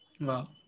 wow